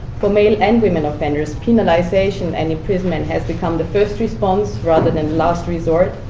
for male and women offenders, penalization and imprisonment has become the first response, rather than last resort,